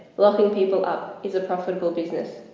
locking people up is a profitable business.